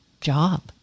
job